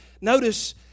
notice